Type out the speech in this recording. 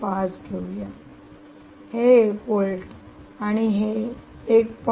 5 घेऊया हे 1 व्होल्ट आणि हे 1